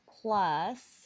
Plus